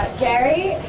gary,